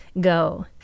go